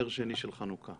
נר שני של חנוכה.